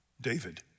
David